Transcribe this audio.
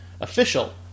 official